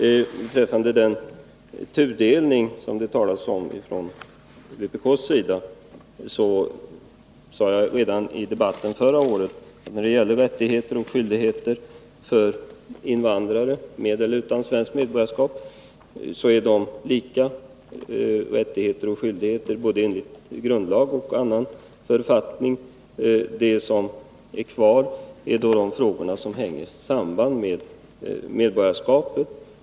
Vad beträffar den tudelning som det talas om från vpk:s sida sade jag redan i debatten förra året att när det gäller rättigheter och skyldigheter för invandrare, med eller utan svenskt medborgarskap, så är dessa lika, både enligt grundlag och enligt annan författning. Det som återstår att lösa är alltså de frågor som hänger samman med medborgarskapet.